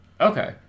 Okay